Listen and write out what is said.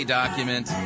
document